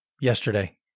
yesterday